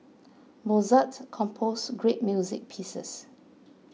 Mozart composed great music pieces